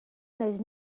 naiz